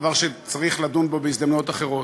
דבר שצריך לדון בו בהזדמנויות אחרות.